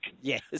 Yes